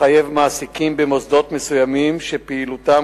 מחייב מעסיקים במוסדות מסוימים שפעילותם